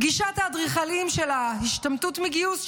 פגישת האדריכלים של ההשתמטות מגיוס,